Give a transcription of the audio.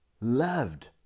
Loved